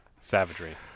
Savagery